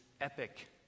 epic